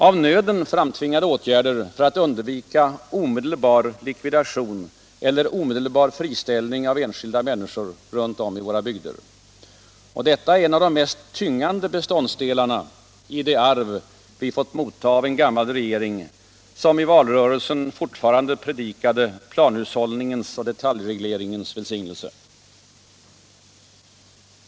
Av nöden framtvingade åtgärder för att undvika omedelbar likvidation eller omedelbar friställning av enskilda människor runt om i våra bygder. Detta är en av de mest tyngande beståndsdelarna i det arv vi fått motta av en gammal regering, som i valrörelsen fortfarande predikade planhushållningens och detaljregleringens välsignelse.